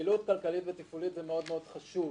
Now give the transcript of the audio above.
יעילות כלכלית ותפעולית זה מאוד-מאוד חשוב.